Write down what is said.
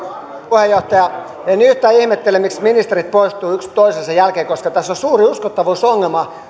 puheenjohtaja en yhtään ihmettele miksi ministerit poistuvat yksi toisensa jälkeen koska tässä sosialidemokraattien vaihtoehtobudjetissa on suuri uskottavuusongelma